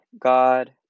God